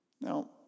Now